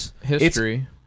history